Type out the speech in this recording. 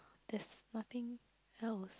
there's nothing else